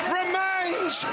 remains